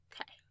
Okay